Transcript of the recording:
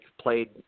played